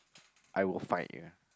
I will find ya